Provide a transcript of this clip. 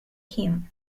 him